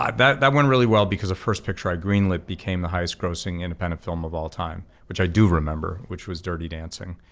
um that that went really well because the first picture i green lit became the highest grossing independent film of all time, which i do remember, which was dirty dancing.